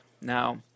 Now